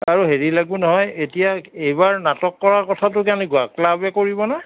আৰু হেৰি লাগ্ব নহয় এতিয়া এইবাৰ নাটক কৰাৰ কথাটো কেনেকুৱা ক্লাবে কৰিব না